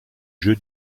jeu